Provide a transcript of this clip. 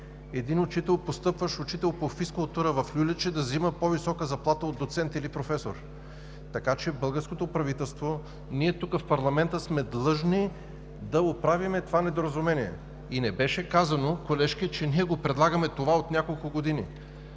един постъпващ учител по физкултура в „Люляче“ да взема по-висока заплата от доцент или професор! Българското правителство, ние в парламента, сме длъжни да оправим това недоразумение. Не беше казано, колежке, че ние предлагаме това от няколко години.